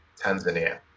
Tanzania